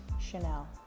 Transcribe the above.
Chanel